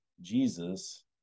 Jesus